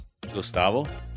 Gustavo